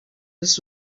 this